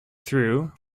through